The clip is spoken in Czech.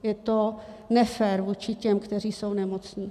Je to nefér vůči těm, kteří jsou nemocní.